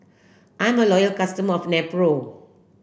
I am a loyal customer of Nepro